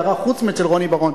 הערה: חוץ מאצל רוני בר-און,